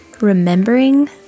remembering